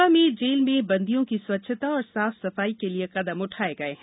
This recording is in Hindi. खंडवा में जेल में बंदियों की स्वच्छता और साफ सफाई के लिए कदम उठाये गये हैं